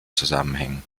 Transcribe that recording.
zusammenhängen